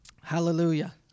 Hallelujah